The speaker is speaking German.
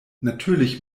natürlich